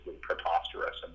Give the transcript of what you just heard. preposterous